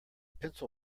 pencil